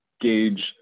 gauge